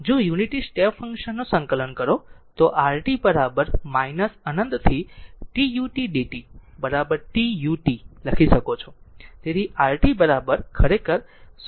જો unity step function સંકલન કરો તો rt અનંતથી t ut d t t ut લખી શકો છો